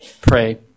pray